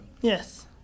Yes